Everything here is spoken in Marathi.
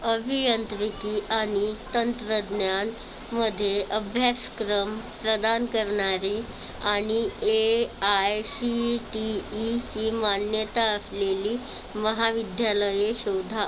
अभियांत्रिकी आणि तंत्रज्ञान मध्ये अभ्यासक्रम प्रदान करणारी आणि ए आय सी टी ईची मान्यता असलेली महाविद्यालये शोधा